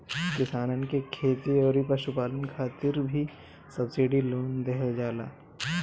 किसानन के खेती अउरी पशुपालन खातिर भी सब्सिडी लोन देहल जाला